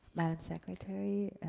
madame secretary,